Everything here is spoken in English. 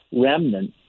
remnant